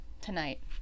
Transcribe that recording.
tonight